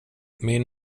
min